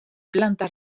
planta